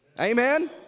Amen